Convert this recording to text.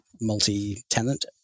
multi-tenant